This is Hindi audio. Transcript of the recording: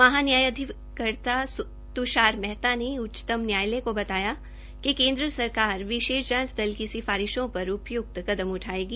महा न्यायभिकर्ता त्षार मेहता ने उच्चतम न्यायालय को बताया कि केन्द्र सरकार विशेष जांच दल की सिफारिशों पर उपय्क्त कदम उठायेगी